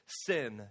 sin